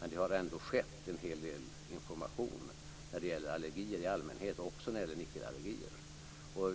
Men det har ändå spritts en hel del information när det gäller allergier i allmänhet och även när det gäller nickelallergier.